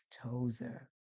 Tozer